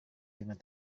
dengan